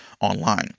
online